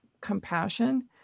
compassion